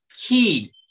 key